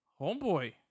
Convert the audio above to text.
homeboy